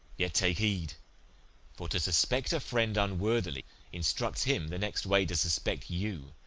yet take heed for to suspect a friend unworthily instructs him the next way to suspect you,